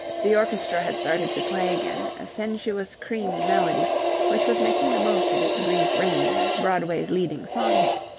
the orchestra had started to play again, a sensuous, creamy melody which was making the most of its brief reign as broadway's leading song-hit,